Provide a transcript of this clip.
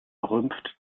rümpft